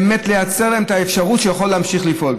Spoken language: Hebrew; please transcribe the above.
באמת לייצר את האפשרות שהוא יוכל להמשיך לפעול.